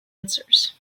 answers